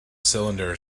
cylinder